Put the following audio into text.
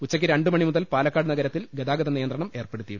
ഉച്ചയ്ക്ക് രണ്ടുമണി മുതൽ പാലക്കാട് നഗര ത്തിൽ ഗതാഗതനിയന്ത്രണം ഏർപ്പെടുത്തിയിട്ടുണ്ട്